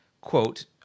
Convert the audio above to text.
quote